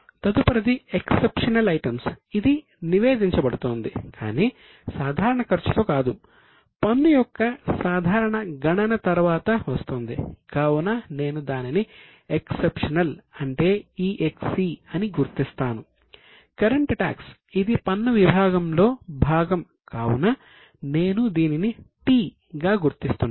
తదుపరిది exceptional items ఇది పన్ను విభాగంలో భాగం కావున నేను దీనిని 'T' గా గుర్తిస్తున్నాను